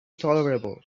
tolerable